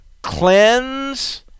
cleanse